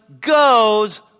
goes